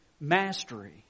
mastery